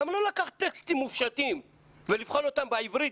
למה לא לקחת טקסטים מופשטים ולבחון אותם בעברית,